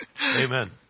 Amen